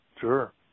sure